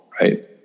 right